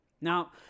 Now